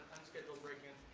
unscheduled break-in.